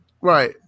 Right